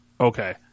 Okay